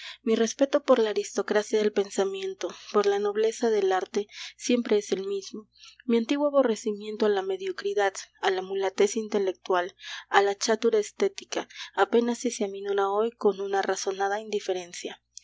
mi respeto por la aristocracia del pensamiento por la nobleza del arte siempre es el mismo mi antiguo aborrecimiento a la mediocridad a la mulatez intelectual a la chatura estética apenas si se aminora hoy con una razonada indiferencia